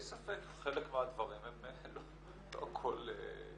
בלי ספק חלק מהדברים הם --- לא כל רע